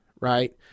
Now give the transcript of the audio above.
right